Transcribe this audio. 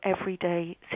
everyday